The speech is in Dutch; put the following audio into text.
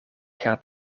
gaat